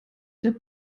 der